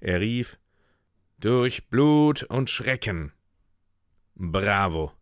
er rief durch blut und schrecken bravo